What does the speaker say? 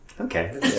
okay